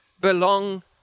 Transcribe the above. belong